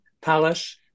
Palace